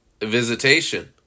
visitation